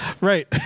Right